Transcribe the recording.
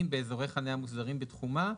באזורי חניה מוסדרים הנמצאים בתחומה,